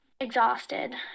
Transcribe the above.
exhausted